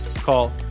Call